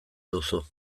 duzu